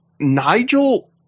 Nigel